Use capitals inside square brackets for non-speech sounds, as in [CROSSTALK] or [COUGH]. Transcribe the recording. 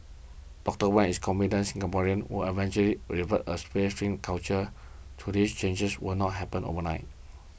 Doctor Wan is confident Singaporeans will eventually [UNINTELLIGIBLE] a tray [UNINTELLIGIBLE] culture though these changes will not happen overnight